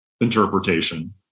interpretation